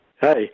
Hey